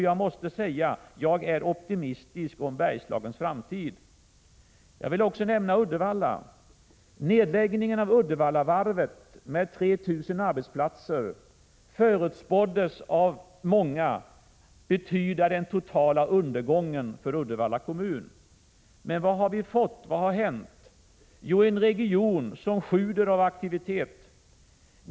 Jag är optimistisk när det gäller Bergslagens framtid. Jag vill också nämna Uddevalla. Nedläggningen av Uddevallavarvet med 3 000 arbetsplatser förutspåddes av många betyda den totala undergången för Uddevalla kommun. Men vad har vi fått? Vad har hänt? Jo, en region som sjuder av aktivitet!